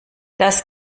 das